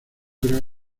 grave